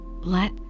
Let